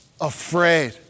afraid